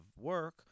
work